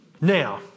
Now